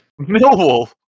Millwall